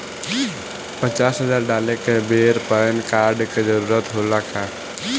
पचास हजार डाले के बेर पैन कार्ड के जरूरत होला का?